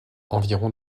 environ